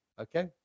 okay